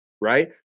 right